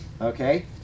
okay